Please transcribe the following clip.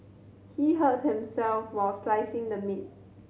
he hurt himself while slicing the meat